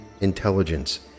intelligence